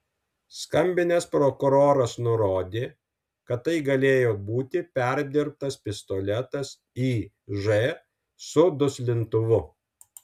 skambinęs prokuroras nurodė kad tai galėjo būti perdirbtas pistoletas iž su duslintuvu